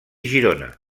girona